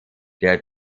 der